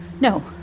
No